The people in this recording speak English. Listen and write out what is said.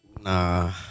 Nah